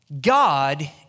God